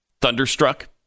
thunderstruck